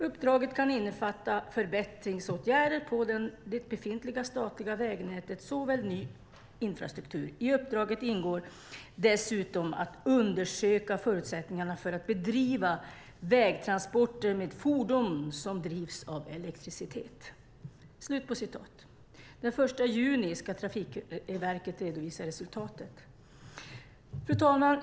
Uppdraget kan innefatta förbättringsåtgärder på det befintliga statliga vägnätet såväl som ny infrastruktur. I uppdraget ingår dessutom att undersöka förutsättningarna för att bedriva vägtransporter med fordon som drivs av elektricitet." Den 1 juni ska Trafikverket redovisa resultatet. Fru talman!